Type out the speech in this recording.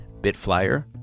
BitFlyer